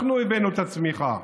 אנחנו הבאנו את הצמיחה.